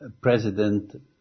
president